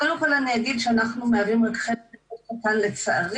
קודם כל אני אגיד שאנחנו מהווים רק חלק מאוד קטן לצערי,